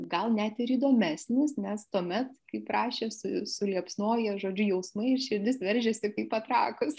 gal net ir įdomesnis nes tuomet kaip rašė su suliepsnoja žodžiu jausmai ir širdis veržiasi kaip patrakus